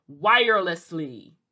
wirelessly